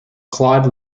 claude